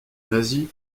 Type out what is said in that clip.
nazi